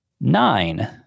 nine